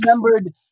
remembered